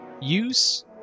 use